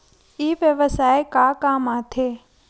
ई व्यवसाय का काम आथे?